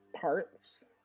parts